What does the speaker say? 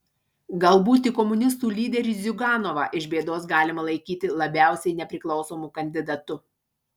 galbūt tik komunistų lyderį ziuganovą iš bėdos galima laikyti labiausiai nepriklausomu kandidatu